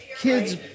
kid's